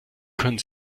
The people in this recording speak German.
können